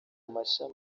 mashami